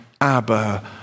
Abba